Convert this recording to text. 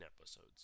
episodes